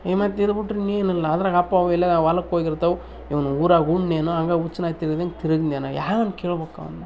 ಎಮದು ತಿಂಬಿಟ್ರೆ ಏನಿಲ್ಲ ಅದ್ರಾಗೆ ಅಪ್ಪ ಅಮ್ಮ ಹೊಲಕ್ಕೆ ಹೋಗಿರ್ತಾವೆ ಇವ್ನು ಊರಾಗ ಉಂಡ್ನೇನೋ ಹಂಗೇ ಹುಚ್ನಾಯಿ ತಿರುಗಿದಂಗೆ ತಿರುಗಿದ್ನೇನೋ ಯಾರನ್ನು ಕೇಳ್ಬೇಕು ಅವನ್ನ